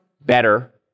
better